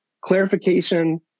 clarification